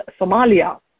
Somalia